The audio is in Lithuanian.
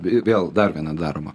vėl dar viena daroma